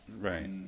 Right